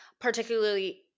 particularly